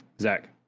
Zach